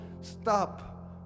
Stop